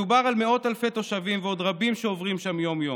מדובר על מאות אלפי תושבים ועוד רבים שעוברים שם יום-יום.